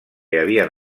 havien